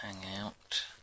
Hangout